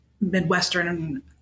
Midwestern